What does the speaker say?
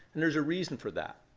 and there's a reason for that.